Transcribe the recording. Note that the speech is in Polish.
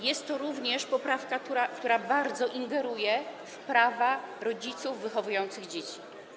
Jest to również poprawka, która bardzo ingeruje w prawa rodziców wychowujących dzieci.